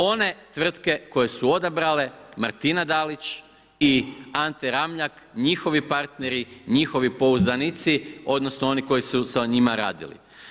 One tvrtke koje su odabrale, Martina Dalić i Ante Ramljak, njihovi partneri, njihovi pouzdanici, odnosno, oni koji su sa njima radili.